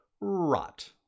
Rot